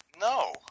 No